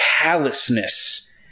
callousness